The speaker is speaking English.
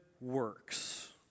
works